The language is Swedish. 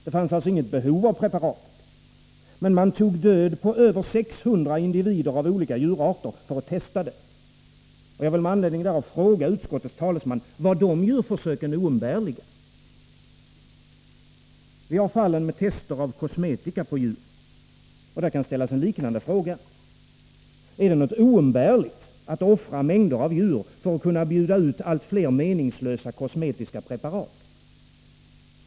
Det fanns alltså inget behov av preparatet. Men man tog död på över 600 individer av olika djurarter för att testa det. Jag vill med anledning därav fråga utskottets talesman om dessa djurförsök var oumbärliga. Vi har fallen med tester av kosmetika på djur. Där kan en liknande fråga ställas. Är det oumbärligt att offra mängder av djur för att kunna bjuda ut allt fler meningslösa kosmetiska preparat?